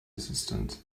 assistant